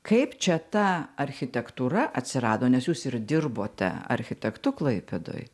kaip čia ta architektūra atsirado nes jūs ir dirbote architektu klaipėdoj